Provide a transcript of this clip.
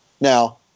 Now